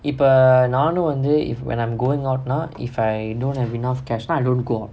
இப்ப நானும் வந்து:ippa naanum vanthu if when I'm going out now if I don't have enough cash lah then I don't go out